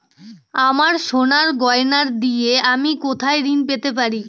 আমার সোনার গয়নার দিয়ে আমি কোথায় ঋণ পেতে পারি?